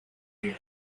here